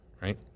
right